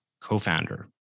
co-founder